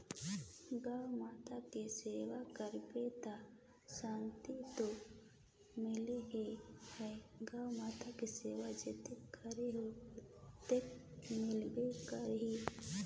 गउ माता के सेवा करबे त सांति तो मिलना ही है, गउ माता के सेवा जतन करत हो त ओतो मिलबे करही